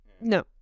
No